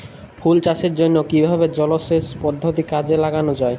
ফুল চাষের জন্য কিভাবে জলাসেচ পদ্ধতি কাজে লাগানো যাই?